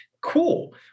Cool